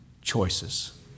choices